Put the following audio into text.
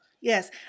Yes